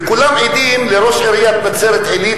וכולם עדים לראש עיריית נצרת-עילית,